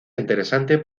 interesante